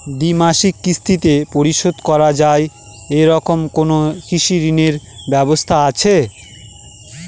দ্বিমাসিক কিস্তিতে পরিশোধ করা য়ায় এরকম কোনো কৃষি ঋণের ব্যবস্থা আছে?